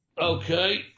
Okay